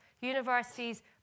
universities